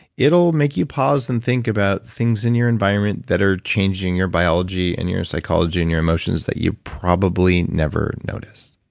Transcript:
it'll make you pause and think about things in your environment that are changing your biology and your psychology and your emotions that you probably never noticed.